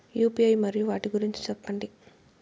UPI మరియు వాటి గురించి సెప్పండి?